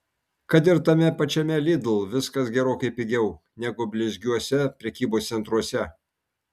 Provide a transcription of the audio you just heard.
kad ir tame pačiame lidl viskas gerokai pigiau negu blizgiuose prekybos centruose